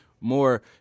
More